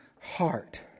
heart